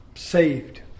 Saved